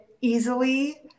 easily